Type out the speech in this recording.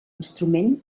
instrument